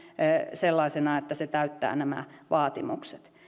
sellaisena että se täyttää nämä vaatimukset